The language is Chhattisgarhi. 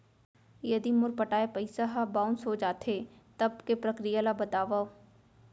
यदि मोर पटाय पइसा ह बाउंस हो जाथे, तब के प्रक्रिया ला बतावव